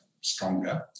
stronger